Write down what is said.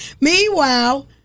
Meanwhile